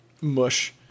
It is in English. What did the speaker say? mush